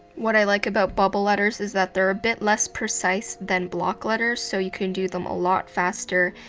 what i like about bubble letters is that they're a bit less precise than block letters, so you can do them a lot faster.